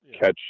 catch